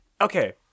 Okay